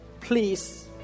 please